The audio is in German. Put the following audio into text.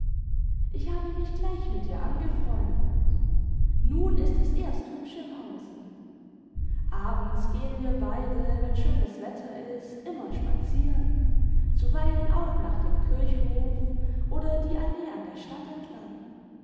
ich habe mich gleich mit ihr angefreundet nun ist es erst hübsch im hause abends gehen wir beide wenn schönes wetter ist immer spazieren zuweilen auch nach dem kirchhof oder die allee an der stadt entlang